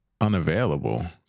Unavailable